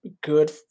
good